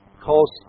calls